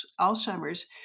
Alzheimer's